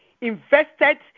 invested